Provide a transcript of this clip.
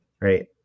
Right